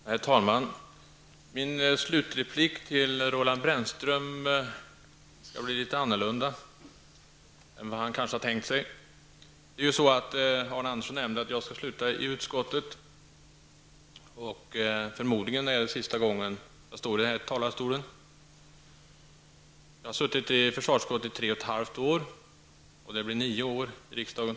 Herr talman! Min slutreplik till Roland Brännström skall bli litet annorlunda än vad han kanske har tänkt sig. Arne Andersson i Ljung nämnde att jag skall sluta i utskottet, och förmodligen är det nu sista gången som jag yttrar mig från denna talarstol. Jag har suttit i försvarsutskottet i 3 1/2 år och totalt 9 år i riksdagen.